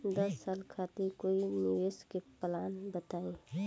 दस साल खातिर कोई निवेश के प्लान बताई?